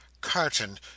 Carton